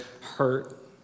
hurt